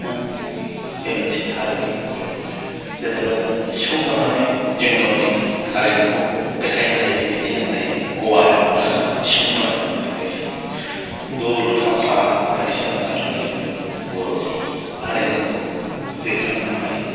बे मोनसे हारिमु जेनेबा जों सिफुं दामनानै जों गावनि हारिमुखौ देखायनो हायो दिन्थिलांनो हायो औवाखौ दाननानै सिफुं बानायनानै जों देखाय लांनो दल खाम बायदिसिना दामनानै जों बर'नि हारिमुखौ दैथाय लांनो हायो